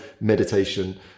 meditation